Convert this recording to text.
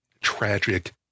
tragic